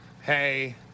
Hey